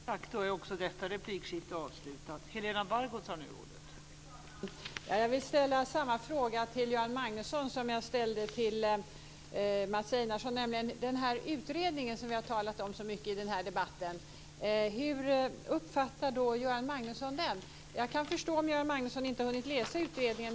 Fru talman! Jag vill ställa samma fråga till Göran Magnusson som jag ställde till Mats Einarsson. Det gäller den utredning som vi har talat om så mycket i den här debatten. Hur uppfattar Göran Magnusson den? Jag kan förstå om Göran Magnusson inte har hunnit läsa utredningen.